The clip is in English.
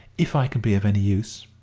if i can be of any use.